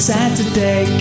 Saturday